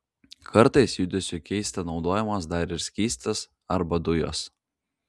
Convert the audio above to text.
kartais judesiui keisti naudojamas dar ir skystis arba dujos